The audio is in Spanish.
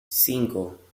cinco